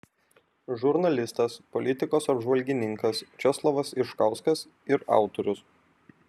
žurnalistas politikos apžvalgininkas česlovas iškauskas ir autorius